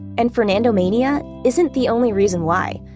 and fernandomania isn't the only reason why.